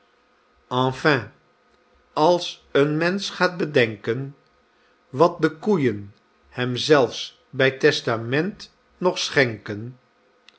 enfin als een mensch gaat bedenken wat de koeien hem zelfs by testament nog schenken